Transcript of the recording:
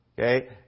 okay